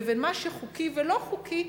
לבין מה שחוקי ולא חוקי,